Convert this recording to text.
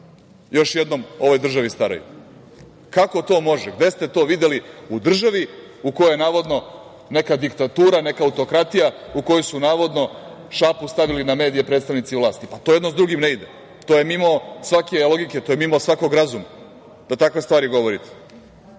još jednom, o ovoj državi staraju? Kako to može? Gde ste to videli u državi u kojoj je navodno neka diktatura, neka autokratija u kojoj su, navodno, šapu stavili na medije predstavnici vlasti? To jedno sa drugim ne ide. To je mimo svake logike. To je mimo svakog razuma da takve stvari govorite. Pravosuđe